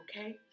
okay